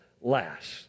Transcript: last